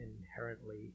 inherently